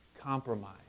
compromise